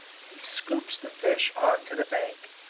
he scoops the fish on to the bank.